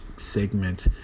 segment